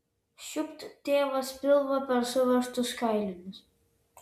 šiupt tėvas pilvą per suveržtus kailinius